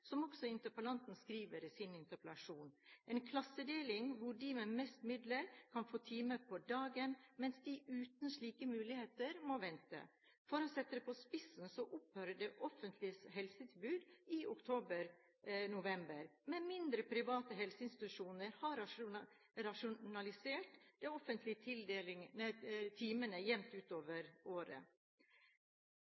som også interpellanten skriver i sin interpellasjon, en klassedeling hvor de med mest midler kan få time på dagen, mens de uten slike muligheter må vente. For å sette det på spissen, så opphører det offentlige helsetilbudet i oktober–november, men mindre private helseinstitusjoner har rasjonert de offentlig tildelte timene jevnt utover året. Avslutningsvis: Jeg er